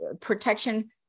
protection